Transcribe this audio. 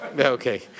Okay